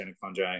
fungi